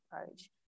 approach